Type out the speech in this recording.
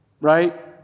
Right